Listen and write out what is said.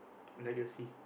legacy